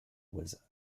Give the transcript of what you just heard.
was